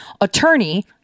attorney